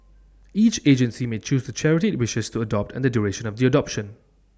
each agency may choose charity IT wishes to adopt and the duration of the adoption